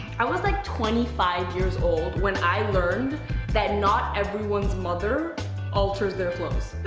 i was like twenty five years old when i learned that not everyone's mother alters their clothes.